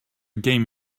game